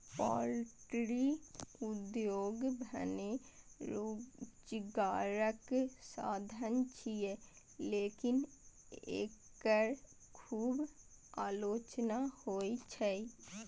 poultry उद्योग भने रोजगारक साधन छियै, लेकिन एकर खूब आलोचना होइ छै